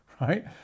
right